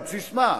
על בסיס מה?